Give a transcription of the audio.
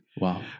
Wow